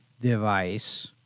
device